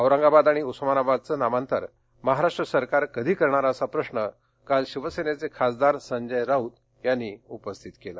ओरंगाबाद आणि उस्मानाबादचं नामांतर महाराष्ट्र सरकार कधी करणार असा प्रश्न काल शिवसेनेचे खासदार संजय राऊत यांनी उपस्थित केला